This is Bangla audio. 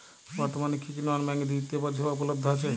বর্তমানে কী কী নন ব্যাঙ্ক বিত্তীয় পরিষেবা উপলব্ধ আছে?